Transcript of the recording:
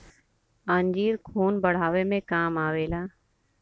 अंजीर खून बढ़ावे मे काम आवेला